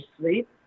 sleep